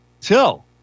till